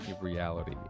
reality